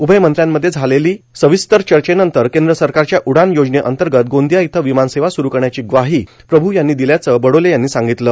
उभय मंत्र्यांमध्ये यावेळी झालेल्या सविस्तर चर्चेनंतर केंद्र सरकारच्या उडान योजनेंतर्गत गोंदिया इथं विमान सेवा सुरु करण्याची ग्वाही प्रभू यांनी दिल्याचं बडोले यांनी सांगितलं